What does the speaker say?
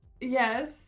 yes